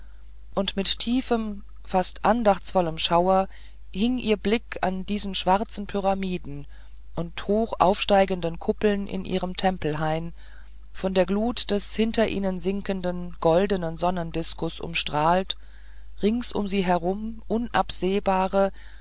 und mit tiefem fast andachtvollem schaudern hing ihr blick an seinen schwarzen pyramiden und hochaufsteigenden kuppeln in ihrem tempelhain von der glut des hinter ihnen sinkenden goldenen sonnendiskus umstrahlt rings um sie herum unabsehbare